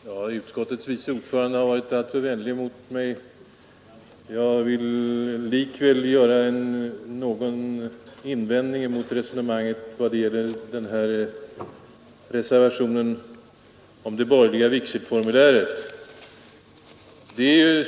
Onsdagen den Herr talman! Utskottets vice ordförande var i sitt anförande alltför 30 maj 1973 vänlig mot mig. — Jag måste likväl göra en viss invändning mot resonemanget när det gäller reservationen om det borgerliga vigselformuläret.